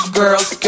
girls